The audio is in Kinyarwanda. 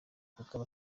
kuko